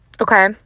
Okay